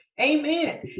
Amen